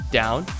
down